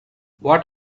what